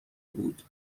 بود